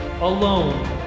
alone